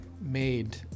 made